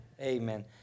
Amen